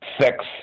sex